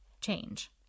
change